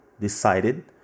decided